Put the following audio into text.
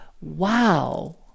wow